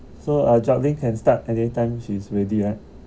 so our job can start anytime she is ready right